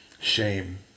shame